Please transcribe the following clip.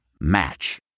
Match